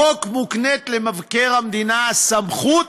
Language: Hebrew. בחוק מוקנית למבקר המדינה סמכות